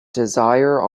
desire